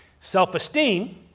self-esteem